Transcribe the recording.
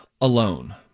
Alone